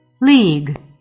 League